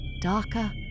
darker